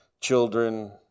children